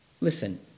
Listen